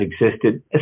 existed